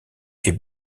est